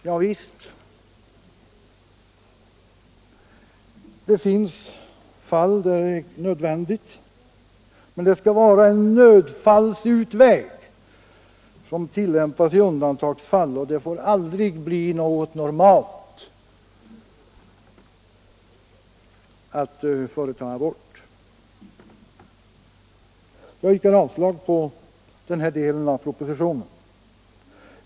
Javisst, det finns fall då det är nödvändigt, men aborten skall vara en nöd fallsutväg som tillgrips i undantagsfall, och det får aldrig bli något normalt att företa en abort. Jag yrkar därför avslag på denna del av propositionen.